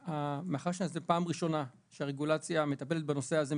זאת פעם ראשונה שהרגולציה מטפלת בנושא הזה,